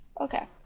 Okay